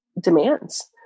demands